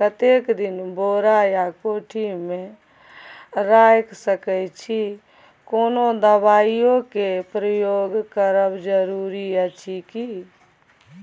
कतेक दिन बोरा या कोठी मे रयख सकैछी, कोनो दबाईयो के प्रयोग करब जरूरी अछि की?